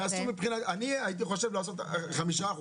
אני הייתי חושב לעשות 5%,